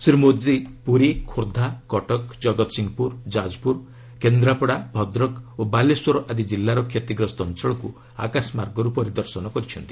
ଶ୍ରୀ ମୋଦି ପୁରୀ ଖୋର୍ଦ୍ଧା କଟକ ଜଗତ୍ସିଂହପୁର ଯାଜପୁର କେନ୍ଦ୍ରାପଡ଼ା ଭଦ୍ରକ ଓ ବାଲେଶ୍ୱର ଆଦି କିଲ୍ଲାର କ୍ଷତିଗ୍ରସ୍ତ ଅଞ୍ଚଳକୁ ଆକାଶମାର୍ଗରୁ ପରିଦର୍ଶନ କରିଛନ୍ତି